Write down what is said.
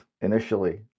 initially